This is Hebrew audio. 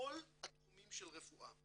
בכל התחומים של רפואה,